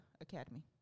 academy